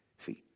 feet